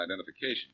identification